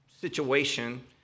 situation